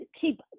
keep